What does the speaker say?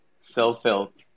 self-help